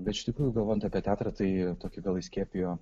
bet iš tikrųjų galvojant apie teatrą tai tokį gal įskiepijo